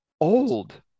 old